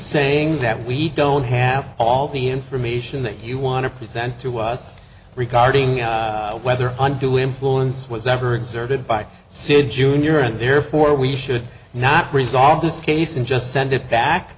saying that we don't have all the information that you want to present to us regarding whether undue influence was ever exerted by sid jr and therefore we should not resolve this case and just send it back